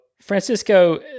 francisco